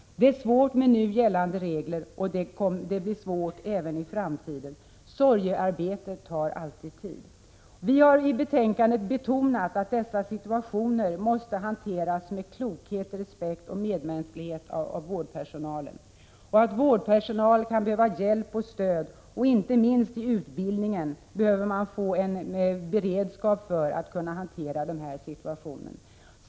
Det är svårt med nu gällande regler och det blir svårt även i framtiden. Sorgearbetet tar alltid tid. Vi har i betänkandet betonat att dessa situationer måste hanteras med klokhet, respekt och medmänsklighet av vårdpersonalen. Även vårdpersonalen kan behöva hjälp och stöd, och inte minst i utbildningen behöver man få en beredskap för att kunna hantera dessa situationer.